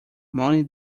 money